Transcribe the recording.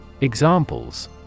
Examples